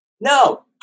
No